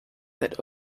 that